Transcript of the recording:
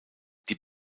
die